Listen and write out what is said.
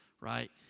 right